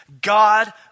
God